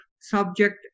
subject